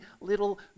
little